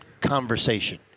conversation